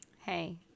Hey